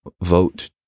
vote